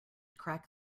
crack